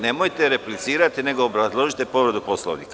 Nemojte replicirati nego obrazložite povredu Poslovnika.